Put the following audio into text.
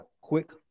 Quick